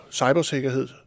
cybersikkerhed